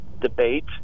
debate